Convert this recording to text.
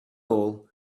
all